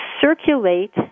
circulate